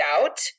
doubt